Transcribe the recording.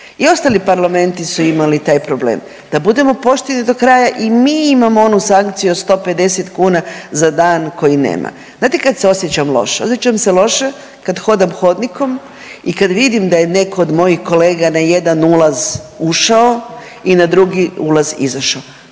i ostali parlamenti su imali taj problem. Da budemo pošteni do kraja, i mi imamo onu sankciju od 150 kuna za dan koji nema. Znate kad se osjećam loše? Osjećam se loše kad hodam hodnikom i kad vidim da je neko od mojih kolega na jedan ulaz ušao i na drugi ulaz izašao,